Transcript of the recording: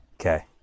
Okay